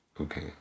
okay